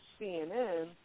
CNN